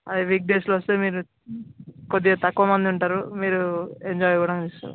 అదే వీక్ డేస్లో వస్తే మీరు కొద్దిగా తక్కువమంది ఉంటారు మీరు ఎంజాయ్ కూడా చేస్తారు